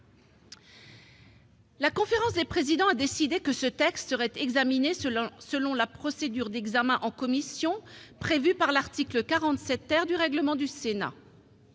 La conférence des présidents a décidé que ce texte serait discuté selon la procédure de législation en commission prévue au chapitre VII du règlement du Sénat.